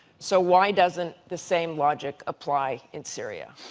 so why doesn't the same logic apply in syria?